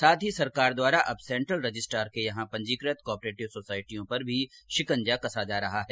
साथ ही सरकार द्वारा अब सेंट्रल रजिस्ट्रार के यहां पंजीकृत कॉपरेटिव सोसाइटियों पर भी षिकंजा कसा जा रहा है